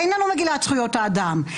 אין לנו מגילת זכויות האדם,